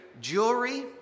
jewelry